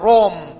Rome